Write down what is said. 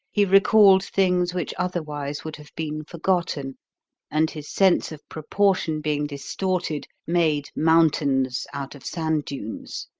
he recalled things which otherwise would have been forgotten and, his sense of proportion being distorted, made mountains out of sand dunes.